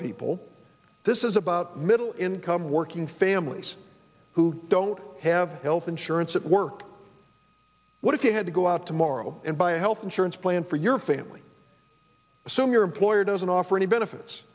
people this is about middle income working families who don't have health insurance at work what if you had to go out tomorrow and buy health insurance plan for your family assume your employer doesn't offer any benefits